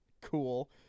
Cool